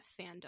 fandom